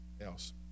else